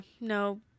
no